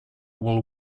will